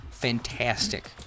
Fantastic